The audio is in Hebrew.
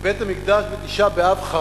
ובית-המקדש חרב, בתשעה באב.